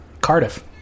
Cardiff